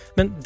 Men